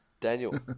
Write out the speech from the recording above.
Daniel